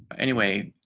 anyway,